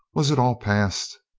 was it all past?